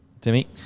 Timmy